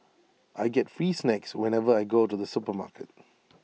I get free snacks whenever I go to the supermarket